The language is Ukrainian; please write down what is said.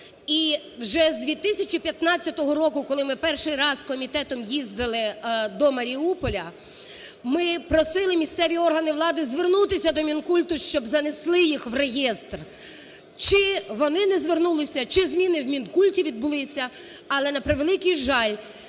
І вже з 2015 року, коли перший раз комітетом їздили до Маріуполя, ми просили місцеві органи влади звернутися до Мінкульту, щоб занесли їх в реєстр. Чи вони не звернулися, чи зміни в Мінкульті відбулися, але, на превеликий жаль,